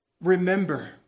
remember